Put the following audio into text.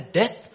death